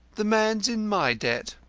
the man's in my debt,